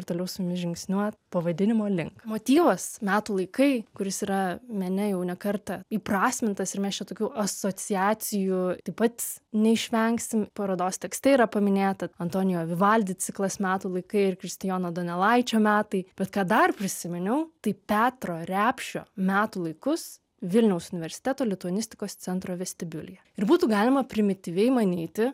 ir toliau su jumis žingsniuot pavadinimo link motyvas metų laikai kuris yra mene jau ne kartą įprasmintas ir mes čia tokių asociacijų taip pat neišvengsim parodos tekste yra paminėta antonijo vivaldi ciklas metų laikai ir kristijono donelaičio metai bet ką dar prisiminiau tai petro repšio metų laikus vilniaus universiteto lituanistikos centro vestibiulyje ir būtų galima primityviai manyti